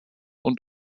und